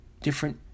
Different